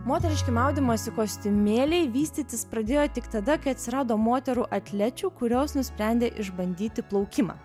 moteriški maudymosi kostiumėliai vystytis pradėjo tik tada kai atsirado moterų atlečių kurios nusprendė išbandyti plaukimą